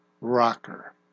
rocker